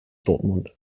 dortmund